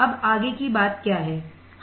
अब आगे की बात क्या है